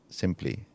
simply